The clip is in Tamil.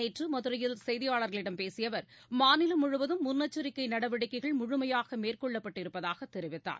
நேற்றமகுரையில் செய்தியாளர்களிடம் பேசியஅவர் மாநிலம் முழுவதும் முன்னெச்சரிக்கைநடவடிக்கைகள் முழுமையாகமேற்கொள்ளப்பட்டிருப்பதாகதெரிவித்தார்